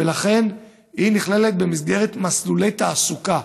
ולכן היא נכללת במסגרת מסלולי תעסוקה.